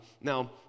Now